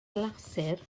glasur